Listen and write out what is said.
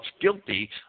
guilty